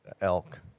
elk